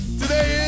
today